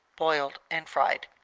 boiled, and fried.